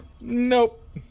Nope